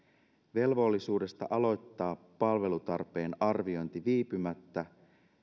velvollisuudesta aloittaa palvelutarpeen arviointi viipymättä